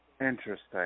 Interesting